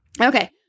Okay